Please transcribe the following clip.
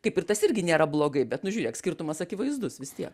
kaip ir tas irgi nėra blogai bet nu žiūrėk skirtumas akivaizdus vis tiek